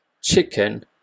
chicken